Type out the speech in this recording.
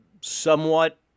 somewhat